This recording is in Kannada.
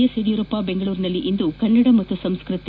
ಎಸ್ ಯಡಿಯೂರಪ್ಪ ಬೆಂಗಳೂರಿನಲ್ಲಿಂದು ಕನ್ನಡ ಮತ್ತು ಸಂಸ್ಕತಿ